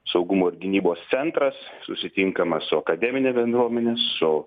saugumo ir gynybos centras susitinkama su akademine bendruomene su